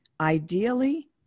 Ideally